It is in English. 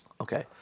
Okay